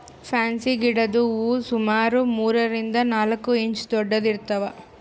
fancy ಗಿಡದ್ ಹೂವಾ ಸುಮಾರ್ ಮೂರರಿಂದ್ ನಾಲ್ಕ್ ಇಂಚ್ ದೊಡ್ಡದ್ ಇರ್ತವ್